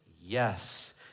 Yes